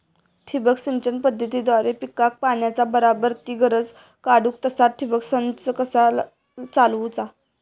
ठिबक सिंचन पद्धतीद्वारे पिकाक पाण्याचा बराबर ती गरज काडूक तसा ठिबक संच कसा चालवुचा?